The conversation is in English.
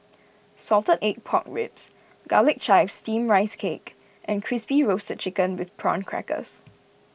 Salted Egg Pork Ribs Garlic Chives Steamed Rice Cake and Crispy Roasted Chicken with Prawn Crackers